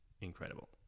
incredible